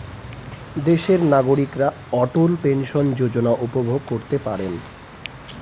দেশের নাগরিকরা অটল পেনশন যোজনা উপভোগ করতে পারেন